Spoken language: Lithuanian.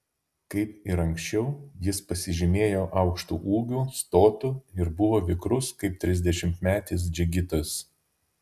kaip ir anksčiau jis pasižymėjo aukštu ūgiu stotu ir buvo vikrus kaip trisdešimtmetis džigitas